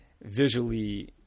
visually